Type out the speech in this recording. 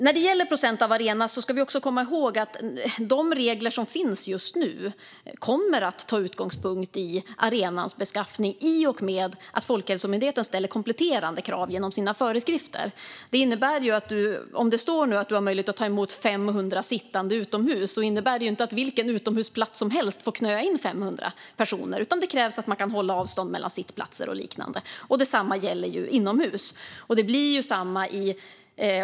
När det gäller procent av en arena ska vi komma ihåg att de regler som finns just nu kommer att ta sin utgångspunkt i arenans beskaffenhet i och med att Folkhälsomyndigheten ställer kompletterande krav genom sina föreskrifter. Om det står att man har möjlighet att ta emot 500 sittande utomhus innebär det inte att vilken utomhusplats som helst får knö in 500 personer, utan det krävs att man kan hålla avstånd mellan sittplatser och liknande. Detsamma gäller inomhus.